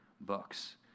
books